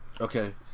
Okay